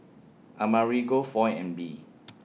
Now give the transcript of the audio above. Amerigo Foy and Bee